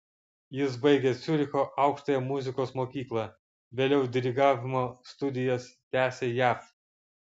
jis baigė ciuricho aukštąją muzikos mokyklą vėliau dirigavimo studijas tęsė jav